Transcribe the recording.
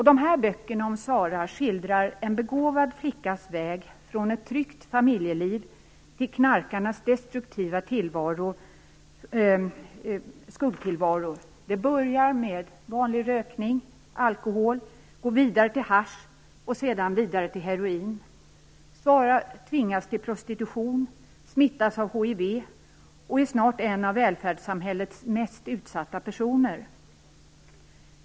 De här böckerna om Sara skildrar en begåvad flickas väg från ett tryggt familjeliv till knarkarnas destruktiva skuggtillvaro. Det börjar med vanlig rökning och alkohol och går vidare till hasch och därefter till heroin. Sara tvingas till prostitution och smittas av hiv och är snart en av välfärdssamhällets mest utsatta personer.